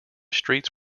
streets